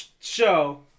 show